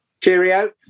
Cheerio